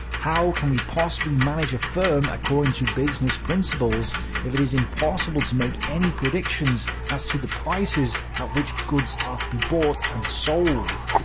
how can we possibly manage a firm according to business principles if it is impossible to make any predictions as to the prices at which goods are to be bought and sold?